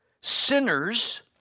sinners